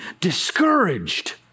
discouraged